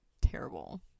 terrible